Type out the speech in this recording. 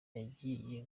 yagiye